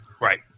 Right